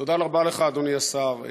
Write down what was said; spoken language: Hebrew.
תודה רבה לך, אדוני השר.